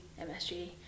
MSG